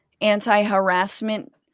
anti-harassment